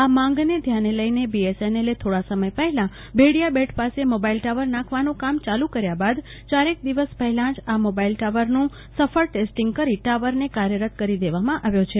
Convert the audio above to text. આ માંગને ઘ્યાને લઇ લડષાએ થોડા સમય પહેલાં ભેડીયાબેટ પાસે મોબાઇલ ટાવર નાખવાનું કામ ચા લુ કર્યા બાદ ચારેક દિવસ પહેલાંજ આ મોબાઇલ ટાવર નું સફળ ટેસ્ટીંગ કરી ટાવરને કાર્યરત કરી દીધો છે